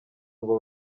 ngo